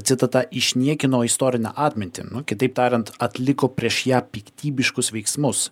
citata išniekino istorinę atmintį nu kitaip tariant atliko prieš ją piktybiškus veiksmus